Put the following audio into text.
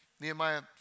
Nehemiah